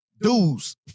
dudes